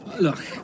Look